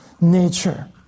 nature